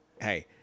hey